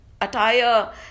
attire